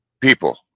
people